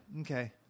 Okay